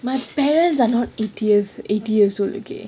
my parents are not eightieth eighty years old okay